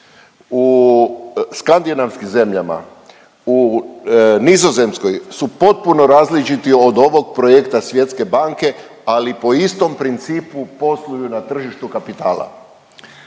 u Skandinavskim zemljama, u Nizozemskoj su potpuno različiti od ovog projekta Svjetske banke, ali po istom principu posluju na tržištu kapitala.